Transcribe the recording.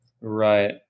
Right